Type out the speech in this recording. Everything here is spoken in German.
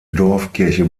dorfkirche